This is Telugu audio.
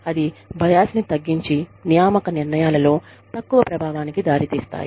అది బయాస్ ని తగ్గించి నియామక నిర్ణయాలలో తక్కువ ప్రభావానికి దారితీస్తాయి